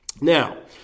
Now